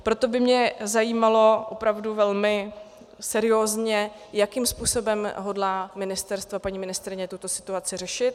Proto by mě zajímalo opravdu velmi seriózně, jakým způsobem hodlá ministerstvo a paní ministryně tuto situaci řešit.